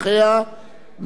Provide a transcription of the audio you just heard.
נא להצביע.